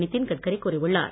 நிதின்கட்கரி கூறியுள்ளார்